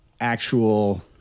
actual